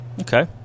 okay